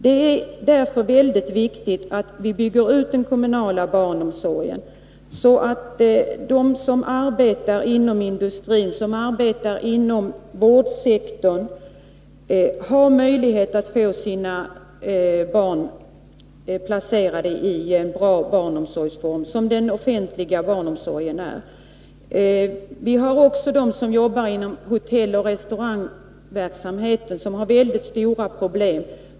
Det är därför mycket viktigt att vi bygger ut den kommunala barnomsorgen, så att de som arbetar inom industrin och vårdsektorn kan få sina barn placerade i en bra barnomsorgsform — vilket den offentliga barnomsorgen är. Också de som arbetar inom hotelloch restaurangbranschen har mycket stora problem.